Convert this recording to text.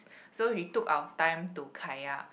so we took our time to kayak